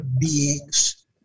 beings